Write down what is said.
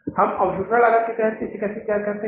हम अवशोषण लागत के तहत कैसे तैयार करते हैं